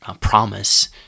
promise